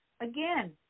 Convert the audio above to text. Again